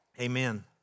Amen